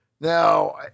Now